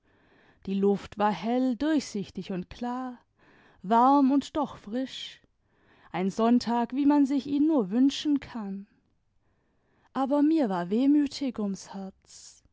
die luft war hell durchsichtig und klar warm und doch frisch ein sonntag wie man sich ihn nur wünschen kann aber mir war wehmütig ums herz